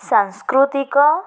ସାଂସ୍କୃତିକ